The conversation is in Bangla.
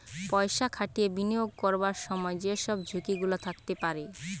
পয়সা খাটিয়ে বিনিয়োগ করবার সময় যে সব ঝুঁকি গুলা থাকতে পারে